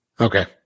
Okay